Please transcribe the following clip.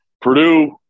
Purdue